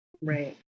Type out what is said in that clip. right